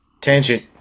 Tangent